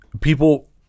people